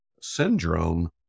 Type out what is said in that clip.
syndrome